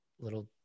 little